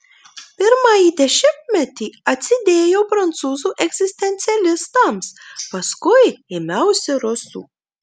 pirmąjį dešimtmetį atsidėjau prancūzų egzistencialistams paskui ėmiausi rusų